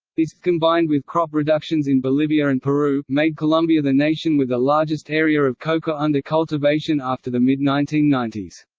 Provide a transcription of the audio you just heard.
this, combined with crop reductions in bolivia and peru, made colombia the nation with the largest area of coca under cultivation after the mid nineteen ninety s.